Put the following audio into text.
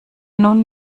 nun